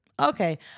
Okay